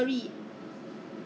you know they place a mug ah